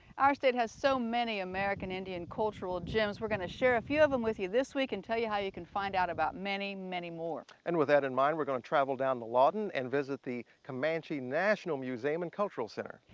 our state has so many american indian cultural gems. we're going to share a few of them with you this week and tell you how you can find out about many, many more. and with that in mind, we're going to travel down to lawton and visit the comanche national museum and cultural center.